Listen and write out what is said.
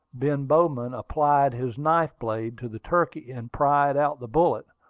ben bowman applied his knife-blade to the turkey, and pried out the bullet,